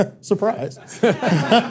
surprise